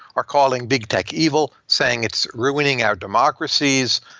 are calling big tech evil, saying it's ruining our democracies,